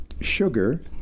sugar